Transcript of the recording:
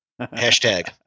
Hashtag